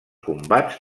combats